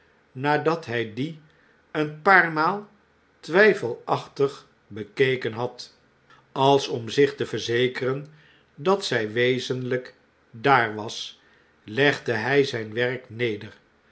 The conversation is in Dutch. sehouder nadatshvj die een paar maal twjjfelachtig bekeken had als om zich te verzekeren dat zfj wezenlijk daar was legde hjj zgn werk neder